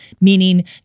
meaning